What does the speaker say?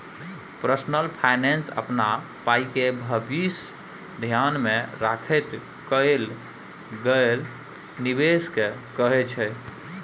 personal finance अपन पाइके भबिस धेआन मे राखैत कएल गेल निबेश केँ कहय छै